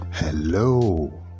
Hello